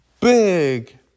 big